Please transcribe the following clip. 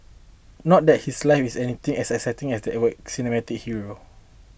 not that his life is anything as exciting as that were cinematic hero